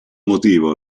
motivo